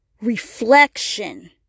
reflection